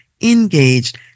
engaged